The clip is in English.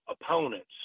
opponents